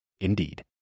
Indeed